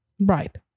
Right